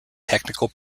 technical